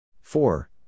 Four